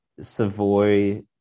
Savoy